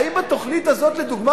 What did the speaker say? האם התוכנית הזאת לדוגמה,